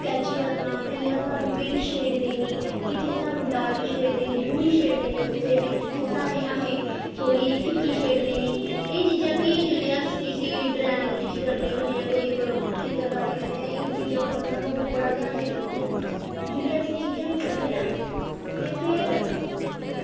कि'यां टच देना केह्ड़ी कि'यां सानूं शेड देनी कित्थै सानूं डार्क जां गूह्ड़ी शेड देनी ते कुत्थै असें केह्ड़ी केह्की शेड देनी एह् चीज़ां बी अस जेल्लै कुसै ड्राइंग च करने होन्ने आं जां चित्तरकारी करने आं ते एह् चीज़ें उप्पर सानूं बड़ा ध्यान देना पौंदा ऐ जेल्लै अस एह् चीज़ां करने आं ते फिर